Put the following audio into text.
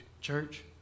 church